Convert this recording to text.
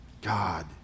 God